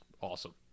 awesome